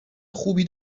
خوبی